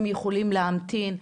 הם יכולים להמתין,